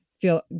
feel